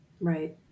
Right